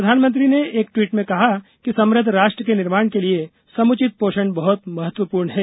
प्रधानमंत्री ने एक ट्वीट में कहा कि समृद्व राष्ट्र के निर्माण के लिए समुचित पोषण बहुत महत्वपूर्ण है